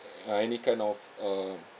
ah any kind of uh